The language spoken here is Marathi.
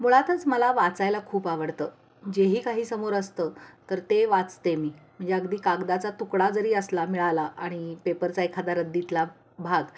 मुळातच मला वाचायला खूप आवडतं जेही काही समोर असतं तर ते वाचते मी म्हणजे अगदी कागदाचा तुकडा जरी असला मिळाला आणि पेपरचा एखादा रद्दीतला भाग